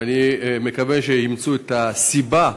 ואני מקווה שימצאו את הסיבה,